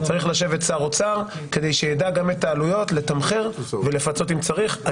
צריך לשבת שר אוצר כדי שיידע גם את העלויות לתמחר ולפצות אם צריך.